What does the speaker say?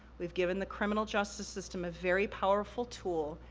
we've given the criminal justice system a very powerful tool,